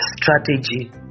strategy